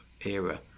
era